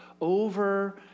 over